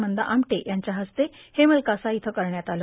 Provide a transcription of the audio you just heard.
मंदा आमटे यांच्या हस्ते हेमलकसा इथं करण्यात आलं